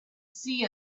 see